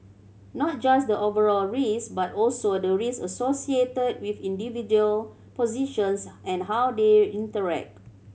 not just the overall risk but also the risk associated with individual positions and how they interact